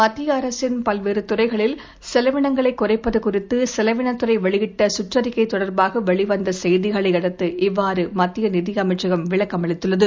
மத்திய அரசின் பல்வேறு துறைகளில் செலவினங்களை குறைப்பது தொடர்பாக செலவினத்துறை வெளியிட்ட சுற்றறிக்கை தொடர்பாக வெளிவந்த செய்திகளை அடுத்து இவ்வாறு மத்திய நிதியமைச்சகம் விளக்கமளித்துள்ளது